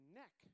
neck